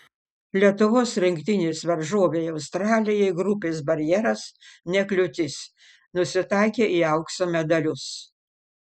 lietuvos rinktinės varžovei australijai grupės barjeras ne kliūtis nusitaikė į aukso medalius